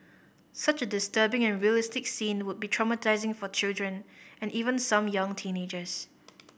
such a disturbing and realistic scene would be traumatising for children and even some young teenagers